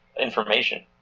information